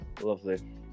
Lovely